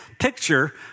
picture